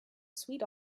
sweet